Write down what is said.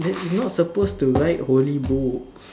not supposed to write holy books